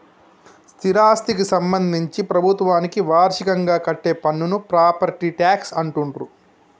స్థిరాస్థికి సంబంధించి ప్రభుత్వానికి వార్షికంగా కట్టే పన్నును ప్రాపర్టీ ట్యాక్స్ అంటుండ్రు